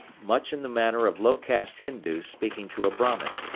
much in the manner of low caste hindus speaking to a bramin.